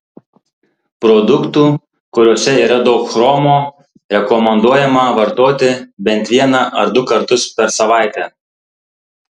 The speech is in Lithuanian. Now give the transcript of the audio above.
produktų kuriuose yra daug chromo rekomenduojama vartoti bent vieną ar du kartus per savaitę